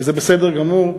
וזה בסדר גמור,